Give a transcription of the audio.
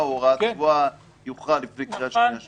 או הוראת קבע יוכרע לפי קריאה שנייה ושלישית.